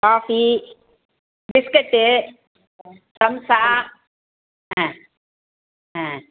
coffee biscuit samosa ஆ ஆ